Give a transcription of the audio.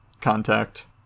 contact